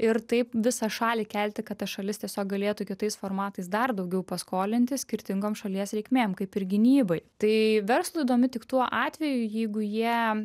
ir taip visą šalį kelti kad ta šalis tiesiog galėtų kitais formatais dar daugiau paskolinti skirtingom šalies reikmėm kaip ir gynybai tai verslui įdomi tik tuo atveju jeigu jie